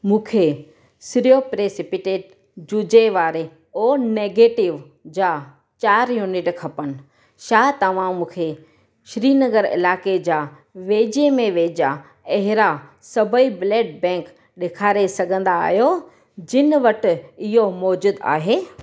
मूंखे सिर्योप्रीसिपिटेट जुज़े वारे ओ नेगेटिव जा यूनिट खपनि छा तव्हां मूंखे श्रीनगर इलाइक़े जा वेझे में वेझा अहिड़ा सभई ब्लड बैंक ॾेखारे सघंदा आहियो जिन वटि इहो मौज़ूदु आहे